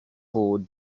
for